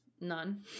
None